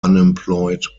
unemployed